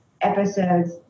episodes